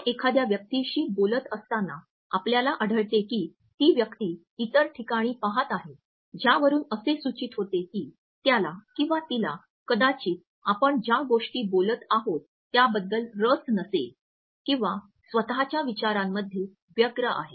आपण एखाद्या व्यक्तीशी बोलत असताना आपल्याला आढळते की ती व्यक्ती इतर ठिकाणी पहात आहे ज्यावरून असे सूचित होते की त्याला किंवा तिला कदाचित आपण ज्या गोष्टी बोलत आहोत त्याबद्दल रस नसेल किंवा स्वतःच्या विचारांमध्ये व्यग्र आहे